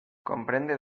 comprende